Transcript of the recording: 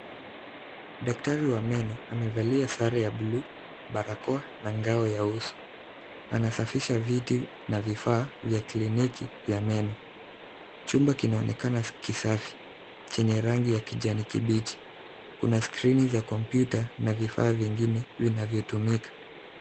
Daktari wa meno amevalia sare ya blue , barakoa na ngao ya uso. Anasafisha viti na vifaa vya kliniki ya meno. Chumba kinaonekana kisafi, chenye rangi ya kijani kibichi. Kuna skrini za kompyuta na vifaa vingine vinavyotumika.